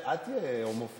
לא הייתה אי-הבנה,